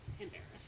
embarrassed